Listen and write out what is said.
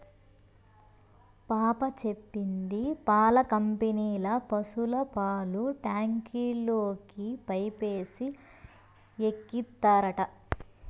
పాప చెప్పింది పాల కంపెనీల పశుల పాలు ట్యాంకుల్లోకి పైపేసి ఎక్కిత్తారట